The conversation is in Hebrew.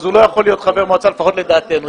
הוא לא יכול להיות חבר מועצה, לפחות לדעתנו.